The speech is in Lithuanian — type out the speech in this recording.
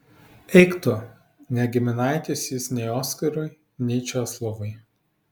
eik tu ne giminaitis jis nei oskarui nei česlovui